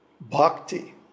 bhakti